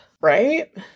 Right